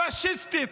הפשיסטית,